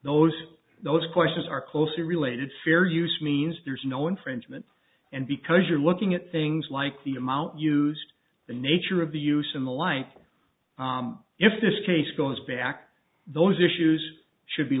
those those questions are closely related fair use means there's no infringement and because you're looking at things like the amount used the nature of the use and the like if this case goes back those issues should be